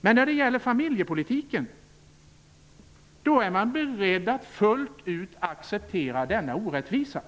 Men när det gäller familjepolitiken är man beredd att fullt ut acceptera denna orättvisa,